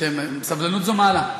סבלנות זו מעלה.